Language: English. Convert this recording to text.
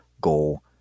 goal